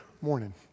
morning